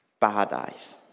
paradise